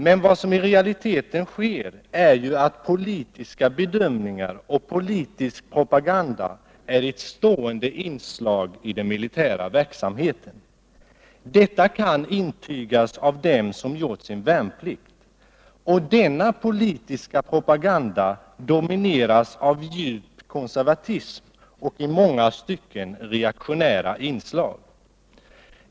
Men vad som i realiteten sker är att politiska bedömningar och politisk propaganda är ett stående inslag i den militära verksamheten. Detta kan intygas av dem som gjort sin värnplikt. Och denna politiska propaganda domineras av djupt konservativa och i många stycken reaktionära inslag.